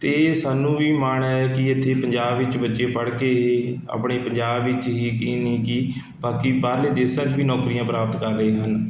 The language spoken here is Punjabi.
ਅਤੇ ਸਾਨੂੰ ਵੀ ਮਾਣ ਹੈ ਕਿ ਇੱਥੇ ਪੰਜਾਬ ਵਿੱਚ ਬੱਚੇ ਪੜ੍ਹ ਕੇ ਆਪਣੇ ਪੰਜਾਬ ਵਿੱਚ ਹੀ ਕੀ ਨਹੀਂ ਕੀ ਬਾਕੀ ਬਾਹਰਲੇ ਦੇਸਾਂ 'ਚ ਵੀ ਨੌਕਰੀਆਂ ਪ੍ਰਾਪਤ ਕਰ ਰਹੇ ਹਨ